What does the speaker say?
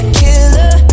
killer